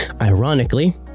ironically